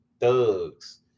thugs